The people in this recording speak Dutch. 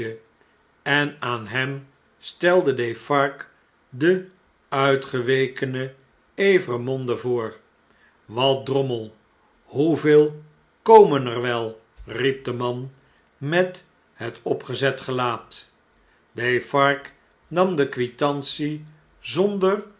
en aan hem stelde defarge den uitgewekene evremonde voor wat drommel hoeveel komen er wel riep de man met het opgezet gelaat defarge nam de quitantie zonder